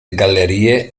gallerie